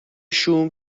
شوم